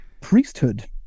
priesthood